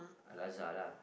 Al-Azhar lah